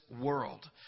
world